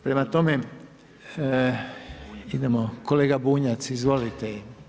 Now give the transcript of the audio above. Prema tome, idemo kolega Bunjac, izvolite.